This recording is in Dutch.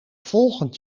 volgend